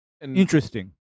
interesting